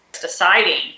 deciding